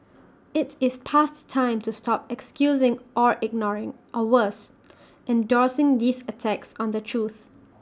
IT is past time to stop excusing or ignoring or worse endorsing these attacks on the truth